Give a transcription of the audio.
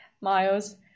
Miles